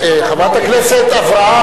חברת הכנסת אברהם,